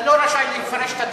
אתה לא רשאי לפרש את התקנון.